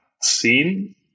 scene